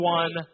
one